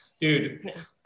dude